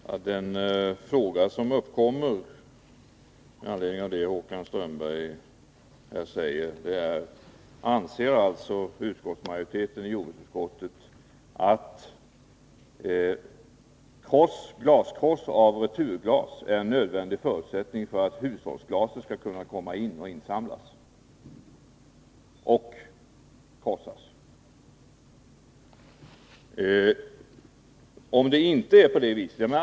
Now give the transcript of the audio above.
Fru talman! Den fråga som uppkommer med anledning av vad Håkan Strömberg säger är huruvida utskottsmajoriteten anser att krossning av returglas är en nödvändig förutsättning för att hushållsglaset skall kunna insamlas — och krossas.